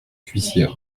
cuisia